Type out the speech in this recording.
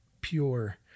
pure